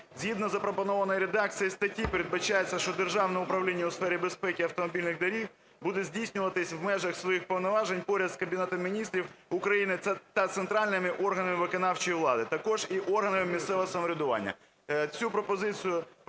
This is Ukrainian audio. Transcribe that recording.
Згідно з запропонованою редакцією статті передбачається, що державне управління у сфері безпеки автомобільних доріг буде здійснюватись в межах своїх повноважень поряд з Кабінетом Міністрів України та центральними органами виконавчої влади, також і органами місцевого самоврядування.